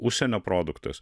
užsienio produktus